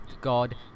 God